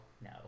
No